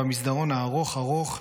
במסדרון הארוך ארוך,